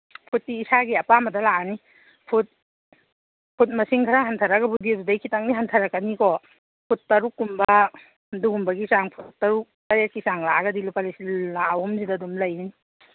ꯐꯨꯠꯇꯤ ꯏꯁꯥꯒꯤ ꯑꯄꯥꯝꯕꯗ ꯂꯥꯛꯑꯅꯤ ꯐꯨꯠ ꯐꯨꯠ ꯃꯁꯤꯡ ꯈꯔ ꯍꯟꯊꯔꯒꯕꯨꯗꯤ ꯑꯗꯨꯗꯒꯤ ꯈꯤꯇꯪ ꯍꯟꯊꯔꯛꯀꯅꯤꯀꯣ ꯐꯨꯠ ꯇꯔꯨꯛꯀꯨꯝꯕ ꯑꯗꯨꯒꯨꯝꯕꯒꯤ ꯆꯥꯡ ꯐꯨꯠ ꯇꯔꯨꯛ ꯇꯔꯦꯠꯀꯤ ꯆꯥꯡ ꯂꯥꯛꯑꯒꯗꯤ ꯂꯨꯄꯥ ꯂꯥꯈ ꯑꯍꯨꯝꯁꯤꯗ ꯑꯍꯨꯝ ꯂꯩꯅꯤ